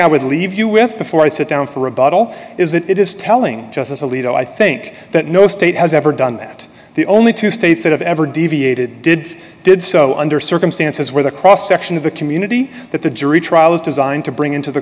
i would leave you with before i sit down for rebuttal is that it is telling justice alito i think that no state has ever done that the only two states that have ever deviated did did so under circumstances where the cross section of the community that the jury trial was designed to bring into the